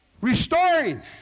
restoring